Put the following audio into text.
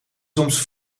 soms